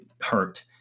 hurt